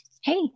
Hey